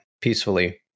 peacefully